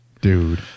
dude